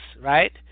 right